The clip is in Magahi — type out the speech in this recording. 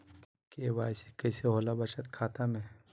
के.वाई.सी कैसे होला बचत खाता में?